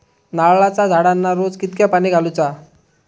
नारळाचा झाडांना रोज कितक्या पाणी घालुचा?